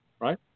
Right